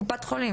ההכשרות.